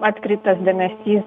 atkreiptas dėmesys